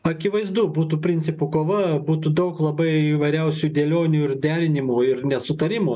akivaizdu būtų principų kova būtų daug labai įvairiausių dėlionių ir derinimų ir nesutarimų